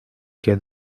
que